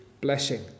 blessing